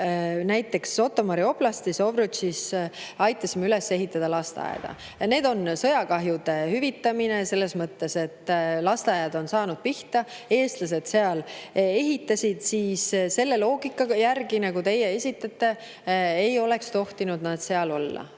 näiteks Žõtomõri oblastis Ovrutšis aitasime üles ehitada lasteaeda. See on sõjakahjude hüvitamine selles mõttes, et lasteaiad on saanud pihta ja eestlased seal ehitasid. Selle loogika järgi, nagu teie esitate, ei oleks tohtinud nad seal olla,